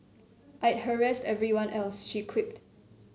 I'd harass everyone else she quipped